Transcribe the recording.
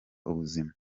ubuzima